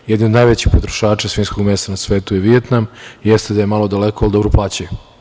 Jedan od najvećih potrošača svinjskog mesa na svetu jeste Vijetnam, jeste da je malo daleko, ali dobro plaćaju.